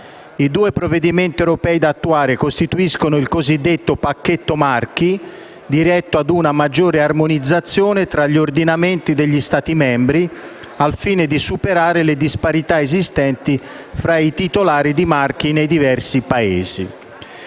I due provvedimenti europei da attuare costituiscono il cosiddetto pacchetto marchi, diretto a una maggiore armonizzazione tra gli ordinamenti degli Stati membri, al fine di superare le disparità esistenti tra i titolari di marchi nei diversi Paesi.